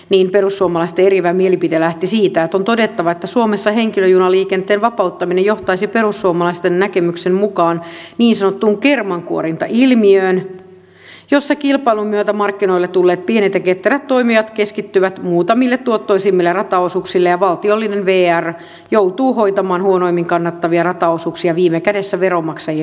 junakeskusteluun perussuomalaisten eriävä mielipide lähti siitä että on todettava että suomessa henkilöjunaliikenteen vapauttaminen johtaisi perussuomalaisten näkemyksen mukaan niin sanottuun kermankuorintailmiöön jossa kilpailun myötä markkinoille tulleet pienet ja ketterät toimijat keskittyvät muutamille tuottoisimmille rataosuuksille ja valtiollinen vr joutuu hoitamaan huonommin kannattavia rataosuuksia viime kädessä veronmaksajien piikkiin